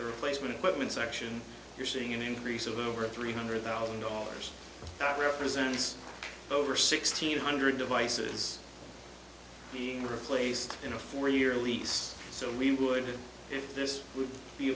the replacement equipment section you're seeing an increase of over three hundred thousand dollars that represents over sixteen hundred devices being replaced in a four year lease so we would get this would be